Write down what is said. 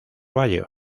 bayo